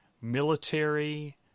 military